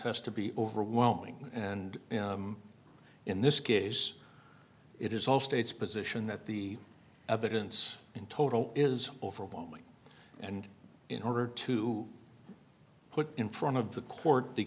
has to be overwhelming and in this case it is all state's position that the evidence in total is overwhelming and in order to put in front of the court the